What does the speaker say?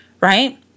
right